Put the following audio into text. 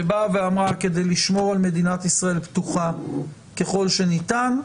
שאמרה שכדי לשמור על מדינת ישראל פתוחה ככל שניתן,